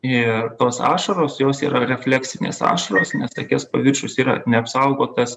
ir tos ašaros jos yra refleksinės ašaros nes akies paviršius yra neapsaugotas